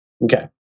Okay